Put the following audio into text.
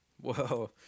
Whoa